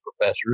professor